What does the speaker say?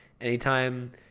Anytime